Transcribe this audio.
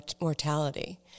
mortality